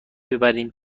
ببریم